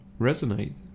resonate